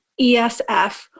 ESF